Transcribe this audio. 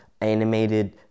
animated